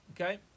Okay